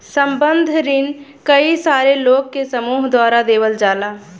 संबंद्ध रिन कई सारे लोग के समूह द्वारा देवल जाला